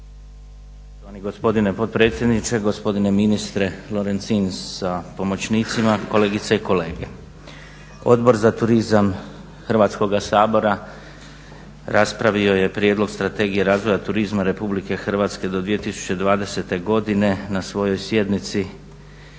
Poštovani gospodine potpredsjedniče, gospodine ministre Lorencin sa pomoćnicima, kolegice i kolege. Odbor za turizam Hrvatskoga sabora raspravio je Prijedlog strategije razvoja turizma Republike Hrvatske do 2020. godine na svojoj sjednici